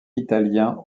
italien